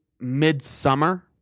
Midsummer